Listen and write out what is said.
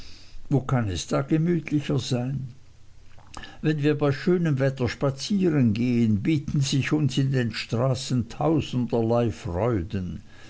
wo kann es da gemütlicher sein wenn wir bei schönem wetter spazieren gehen bieten sich uns in den straßen tausenderlei freuden